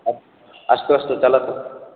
अस्तु अस्तु चलतु